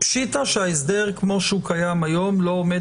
פשיטא שההסדר כמו שהוא קיים היום לא עומד